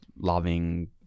loving